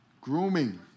Grooming